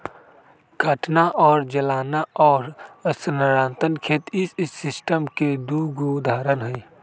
काटना और जलाना और स्थानांतरण खेत इस सिस्टम के दु उदाहरण हई